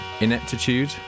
ineptitude